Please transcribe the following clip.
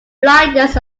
blindness